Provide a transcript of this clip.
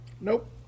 Nope